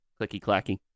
clicky-clacky